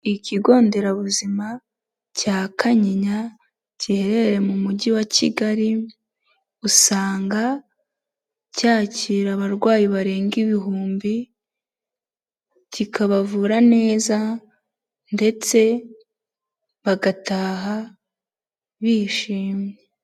Ikigo nderabuzima cya Kanyinya giherereye mu mujyi wa kigali usanga cyakira abarwayi barenga ibihumbi kikabavura neza ndetse bagataha bishimye.